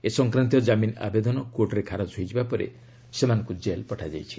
ଏ ସଂକ୍ରାନ୍ତୀୟ ଜାମିନ୍ ଆବେଦନ କୋର୍ଟରେ ଖାରଜ ହୋଇଯିବା ପରେ ସେମାନଙ୍କୁ ଜେଲ୍କୁ ପଠାଯାଇଛି